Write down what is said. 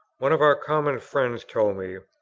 one of our common friends told me,